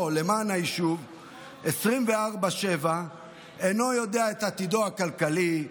למען היישוב 24/7 אינו יודע את עתידו הכלכלי,